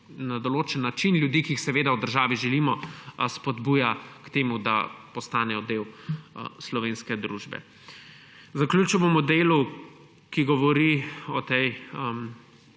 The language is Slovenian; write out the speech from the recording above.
na določen način ljudi, ki jih seveda v državi želimo, spodbuja k temu, da postanejo del slovenske družbe. Zaključil bom v delu, ki govori o tej